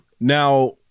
Now